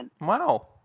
Wow